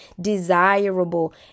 desirable